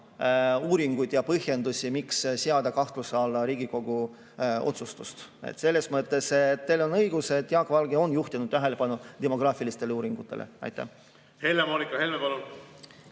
uuringuid ja põhjendusi, miks seada kahtluse alla Riigikogu otsustust. Selles mõttes teil on õigus, et Jaak Valge on juhtinud tähelepanu demograafilistele uuringutele. Aitäh! No ma püüdsin